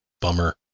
Bummer